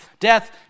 Death